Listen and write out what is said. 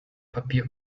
papier